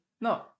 no